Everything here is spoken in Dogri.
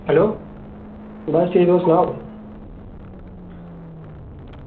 हैलो बस ठीक तुस सनाओ